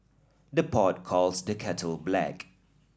the pot calls the kettle black